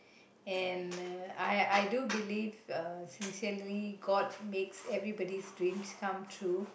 and uh I I do believe uh sincerely god makes everybody's dreams come true